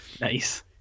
Nice